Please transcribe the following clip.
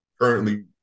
currently